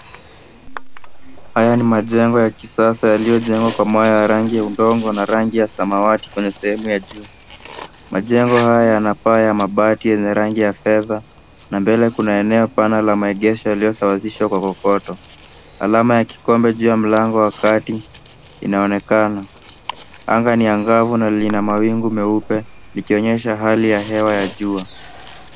Haya ni majengo ya kisasa yaliyojengwa kwa mwaya ya rangi ya udongo na rangi ya samawati kwenye sehemu ya juu. Majengo haya yana paa ya mabati yenye rangi ya fedha, na mbele kuna eneo pana ya maegesho yaliyosawazisha kokoto. Alama ya kikombe juu ya mlango wa kati inaonekana. Anga ni angavu na lina mawingu meupe, likionyesha hali ya hewa ya jua.